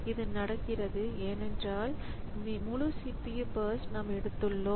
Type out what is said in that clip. இது நடக்கிறது ஏனென்றால் முழு CPU பர்ஸ்ட் நாம் எடுத்துள்ளோம்